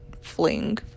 fling